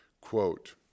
Quote